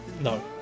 No